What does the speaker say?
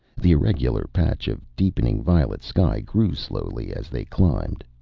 the irregular patch of deepening violet sky grew slowly as they climbed.